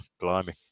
blimey